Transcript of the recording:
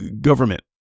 government